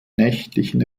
nächtlichen